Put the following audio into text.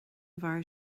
bhfear